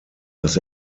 dass